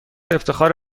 افتخار